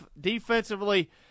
Defensively